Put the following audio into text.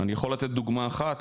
אני יכול לתת דוגמה אחת,